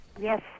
Yes